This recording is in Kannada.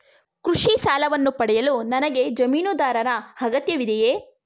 ಕೃಷಿ ಸಾಲವನ್ನು ಪಡೆಯಲು ನನಗೆ ಜಮೀನುದಾರರ ಅಗತ್ಯವಿದೆಯೇ?